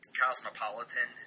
cosmopolitan